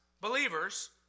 believers